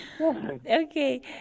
Okay